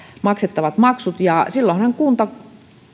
maksettavat maksut ja silloinhan kunta